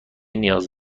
نیاز